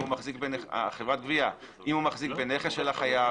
אם הוא מחזיק בנכס של החייב,